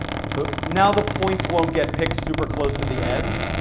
so now the points won't get picked super close to the edge.